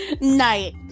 night